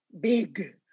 big